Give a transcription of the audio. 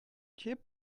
cheap